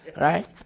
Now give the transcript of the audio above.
Right